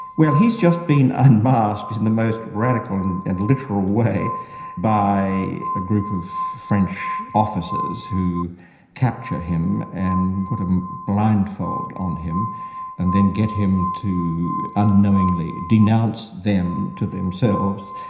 well, he's just been unmasked in the most radical and and literal way by a group of french officers who capture him and but um blindfold on him and then get him to unknowingly denounce them to themselves,